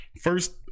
first